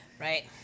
Right